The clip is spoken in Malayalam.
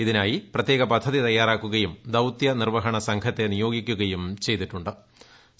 ഇതിനായി പ്രത്യേക പദ്ധതി തയ്യാറാക്കുകയും ദൌത്യ നിർവ്വഹണ സംഘത്തെ നിയോഗിക്കുകയും ചെയ്തിട്ടു ്